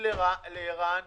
אין נמנעים, אין הצעת חוק הארכת